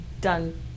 done